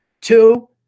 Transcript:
Two